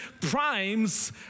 primes